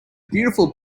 beautiful